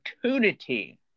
opportunity